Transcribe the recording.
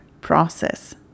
process